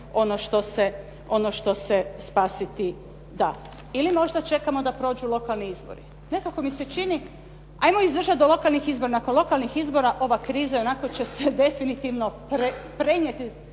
ono što se spasiti da. Ili možda čekamo da prođu lokalni izbori? Nekako mi se čini, hajmo izdržati do lokalnih izbora. Nakon lokalnih izbora ova kriza ionako će se definitivno prenijeti,